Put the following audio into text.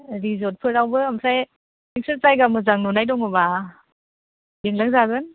रिसर्टफोरावबो ओमफ्राय नोंसोर जायगा मोजां नुनाय दङबा लिलांजागोन